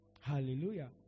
Hallelujah